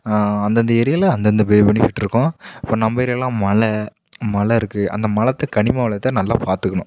அந்தந்த ஏரியாவில அந்தந்த பே பெனிஃபிட் இருக்கும் இப்போ நம்ப ஏரியா எல்லாம் மலை மலை இருக்கு அந்த மலத்த கனிம வளத்தை நல்லா பார்த்துக்கணும்